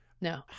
No